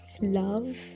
Love